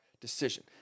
decision